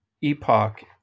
epoch